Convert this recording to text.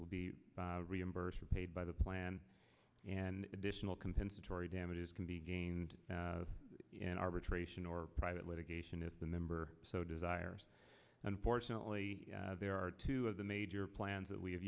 will be reimbursed or paid by the plan and additional compensatory damages can be gained in arbitration or private litigation if the member so desires unfortunately there are two of the major plans that we have